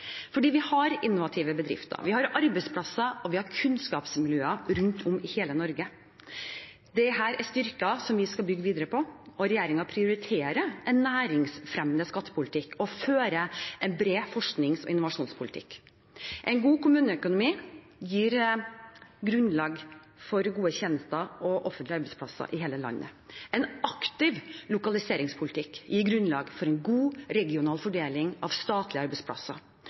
vi har innovative bedrifter, vi har arbeidsplasser, og vi har kunnskapsmiljøer rundt om i hele Norge. Dette er styrker vi skal bygge videre på. Regjeringen prioriterer en næringsfremmende skattepolitikk og fører en bred forsknings- og innovasjonspolitikk. En god kommuneøkonomi gir grunnlag for gode tjenester og offentlige arbeidsplasser i hele landet. En aktiv lokaliseringspolitikk gir grunnlag for en god regional fordeling av statlige arbeidsplasser.